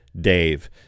Dave